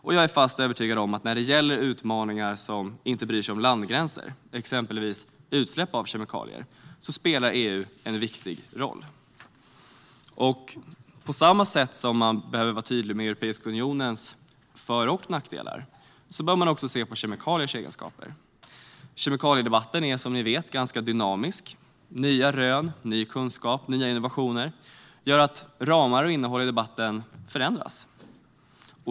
Jag är även fast övertygad om att när det gäller utmaningar som inte bryr sig om landgränser, exempelvis utsläpp av kemikalier, spelar EU en viktig roll. På samma sätt som man behöver vara tydlig med Europeiska unionens för och nackdelar bör man också se på kemikaliers egenskaper. Kemikaliedebatten är som ni vet nämligen dynamisk. Nya rön, ny kunskap och nya innovationer gör att ramar och innehåll i debatten förändras.